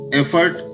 effort